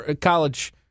college